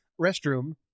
restroom